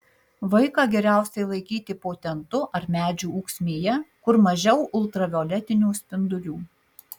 vaiką geriausiai laikyti po tentu ar medžių ūksmėje kur mažiau ultravioletinių spindulių